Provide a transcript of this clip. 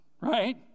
right